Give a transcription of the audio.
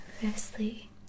firstly